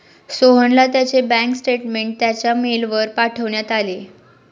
सोहनला त्याचे bank statement त्याच्या मेलवर पाठवण्यात आले